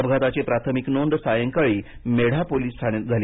अपघाताची प्राथमिक नोंद सायंकाळी मेढा पोलिस ठाण्यात झाली